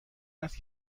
است